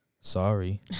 Sorry